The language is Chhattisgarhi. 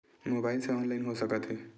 मोबाइल से ऑनलाइन हो सकत हे?